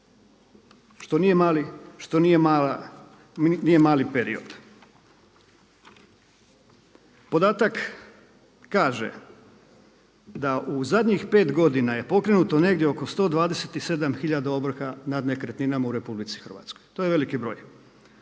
što nije mali period. Podatak kaže da u zadnjih 5 godina je pokrenuto negdje oko 127 hiljada ovrha nad nekretninama u RH, to je veliki broj.